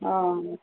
ହଁ